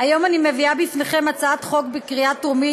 היום אני מביאה בפניכם הצעת חוק בקריאה טרומית.